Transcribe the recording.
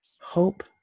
hope